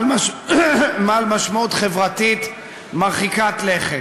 בעל משמעות חברתית מרחיקת לכת.